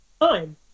time